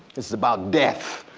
this is about death,